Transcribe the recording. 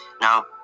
Now